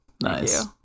nice